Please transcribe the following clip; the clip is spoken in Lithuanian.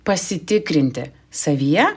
pasitikrinti savyje